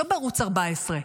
לא בערוץ 14,